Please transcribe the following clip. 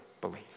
believe